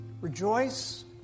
Rejoice